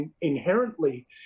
inherently